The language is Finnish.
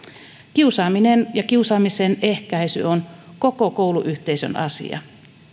kiusaaminen ja kiusaamisen ehkäisy on koko kouluyhteisön asia